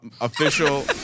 Official